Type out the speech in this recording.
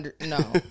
No